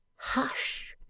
hush!